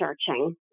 searching